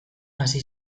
hasi